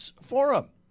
forum